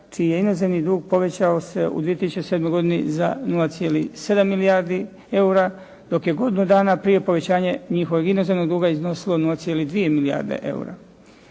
čije je intenzivni dug povećao se u 2007. godini za 0,7 milijardi eura, dok je godinu dana prije povećanje njihovog inozemnog duga iznosio 0,2 milijarde eura.